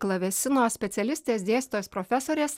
klavesino specialistės dėstytojos profesorės